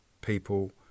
people